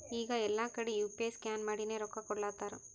ಈಗ ಎಲ್ಲಾ ಕಡಿ ಯು ಪಿ ಐ ಸ್ಕ್ಯಾನ್ ಮಾಡಿನೇ ರೊಕ್ಕಾ ಕೊಡ್ಲಾತಾರ್